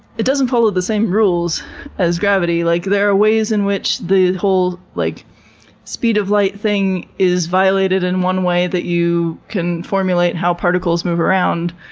it doesn't follow the same rules as gravity. like there are ways in which the whole like speed of light is violated in one way that you can formulate how particles move around.